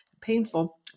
painful